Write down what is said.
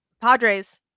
Padres